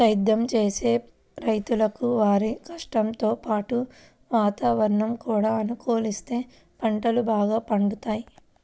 సేద్దెం చేసే రైతులకు వారి కష్టంతో పాటు వాతావరణం కూడా అనుకూలిత్తేనే పంటలు బాగా పండుతయ్